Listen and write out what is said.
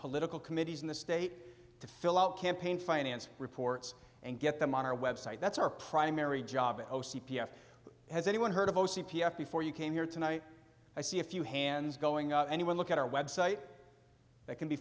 political committees in the state to fill out campaign finance reports and get them on our website that's our primary job has anyone heard of o c p f before you came here tonight i see a few hands going up anyone look at our website that can be